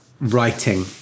writing